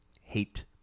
Hate